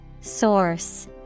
Source